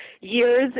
years